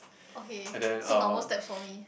okay so normal step for me